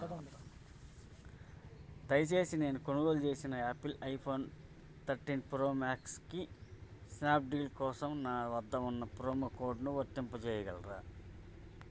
దయచేసి నేను కొనుగోలు చేసిన ఆపిల్ ఐఫోన్ తర్టీన్ ప్రో మాక్స్కి స్నాప్డీల్ కోసం నా వద్ద ఉన్న ప్రోమో కోడ్ను వర్తింపజేయగలరా